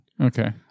okay